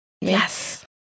Yes